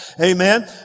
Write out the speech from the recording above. Amen